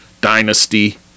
dynasty